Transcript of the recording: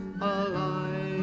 alive